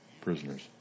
prisoners